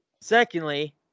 Secondly